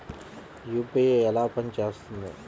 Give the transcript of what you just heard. UPI ఎలా పనిచేస్తుంది?